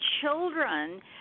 children